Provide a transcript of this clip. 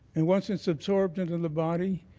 and once it's absorbed into the body,